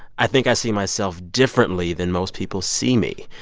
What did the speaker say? i think i see myself differently than most people see me.